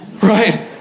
right